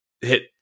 hit